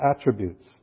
attributes